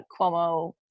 Cuomo